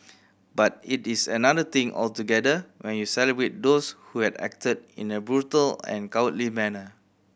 but it is another thing altogether when you celebrate those who had acted in a brutal and cowardly manner